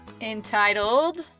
Entitled